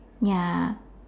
ya